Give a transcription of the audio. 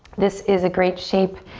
this is a great shape